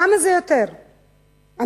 כמה זה יותר אנטנות?